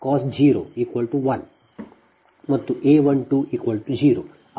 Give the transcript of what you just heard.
0 ಮತ್ತು A 12 0